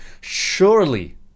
surely